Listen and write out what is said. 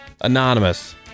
Anonymous